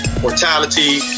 mortality